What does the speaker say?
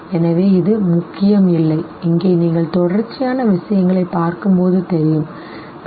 எனவே இது முக்கியம் இல்லை இங்கே நீங்கள் தொடர்ச்சியான விஷயங்களைப் பார்க்கும்போது தெரியும் சரி